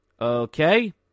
Okay